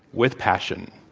with passion.